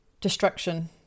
destruction